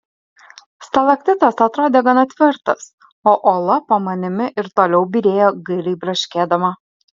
stalaktitas atrodė gana tvirtas o uola po manimi ir toliau byrėjo gailiai braškėdama